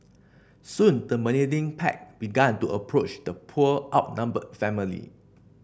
soon the menacing pack began to approach the poor outnumbered family